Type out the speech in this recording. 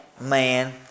man